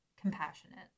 compassionate